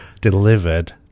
delivered